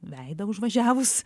veidą užvažiavus